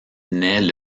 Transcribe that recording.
naît